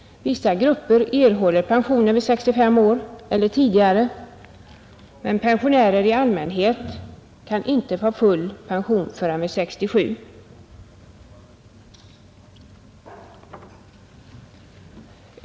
Vissa grupper erhåller pension vid 65 år eller tidigare, medan pensionärer i allmänhet inte kan få full pension förrän vid 67.